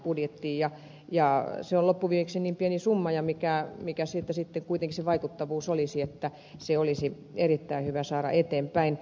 se on loppuviimeksi niin pieni summa verrattuna siihen mikä sitten kuitenkin sen vaikuttavuus olisi että se olisi erittäin hyvä saada eteenpäin